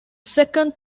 second